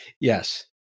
Yes